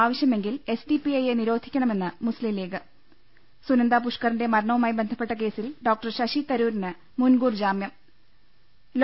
ആവശ്യമെങ്കിൽ S D P I യെ നിരോധിക്കണ മെന്ന് മുസ്സീംലീഗ് ് സുനന്ദ പൂഷ്ക്കറിന്റെ മരണവുമായി ബന്ധപ്പെട്ട കേസിൽ ഡോ ശ്ശിതരൂരിന് മുൻകൂർ ജാമ്യം ്റ്